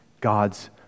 God's